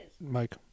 Mike